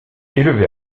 élevé